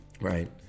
Right